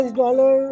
dollar